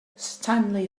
stanley